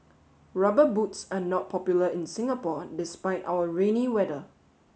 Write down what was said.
rubber boots are not popular in Singapore despite our rainy weather